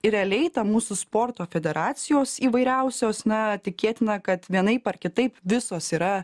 ir realiai ta mūsų sporto federacijos įvairiausios na tikėtina kad vienaip ar kitaip visos yra